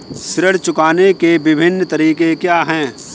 ऋण चुकाने के विभिन्न तरीके क्या हैं?